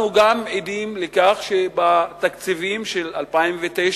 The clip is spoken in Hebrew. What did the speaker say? אנחנו גם עדים לכך שבתקציבים של 2009